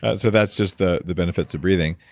ah so that's just the the benefits of breathing.